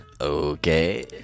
Okay